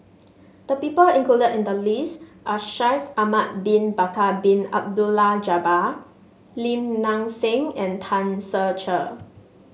the people included in the list are Shaikh Ahmad Bin Bakar Bin Abdullah Jabbar Lim Nang Seng and Tan Ser Cher